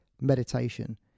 meditation